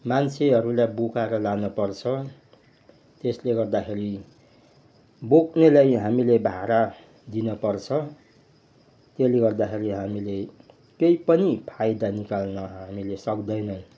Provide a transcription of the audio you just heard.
मान्छेहरूलाई बोकाएर लानपर्छ त्यसले गर्दाखेरि बोक्नेलाई हामीले भाडा दिनपर्छ त्यसले गर्दाखेरि हामीले केही पनि फाइदा निकाल्न हामीले सक्दैनौँ